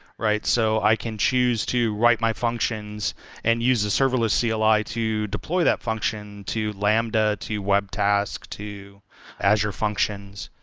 right? so i can choose to write my functions and use the serverless cli like to deploy that function to lambda, to webtask, to azure functions,